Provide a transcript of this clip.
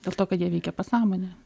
dėl to kad jie veikia pasąmonę